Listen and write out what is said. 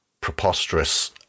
preposterous